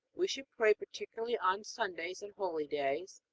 we should pray particularly on sundays and holydays,